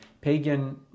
pagan